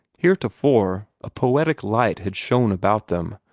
heretofore a poetic light had shone about them,